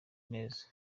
neza